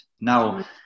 Now